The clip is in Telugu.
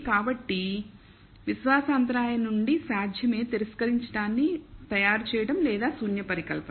కాబట్టి విశ్వాస అంతరాయం నుండి సాధ్యమే తిరస్కరించడాన్ని తయారు చేయడం లేదా శూన్య పరికల్పన